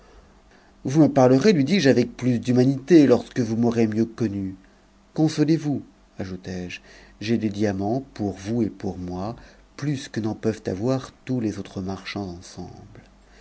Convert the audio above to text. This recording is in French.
vous me parlerez lui dis-je avec plus d'humanité squevous m'aurez mieux connu consolez-vous ajoutai-je j'ai des aots pour vous et pour moi plus que n'en peuvent avoir tous les s marchands ensemble